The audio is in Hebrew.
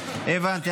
הבנתי.